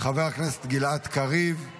חבר הכנסת גלעד קריב, מגיע?